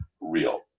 real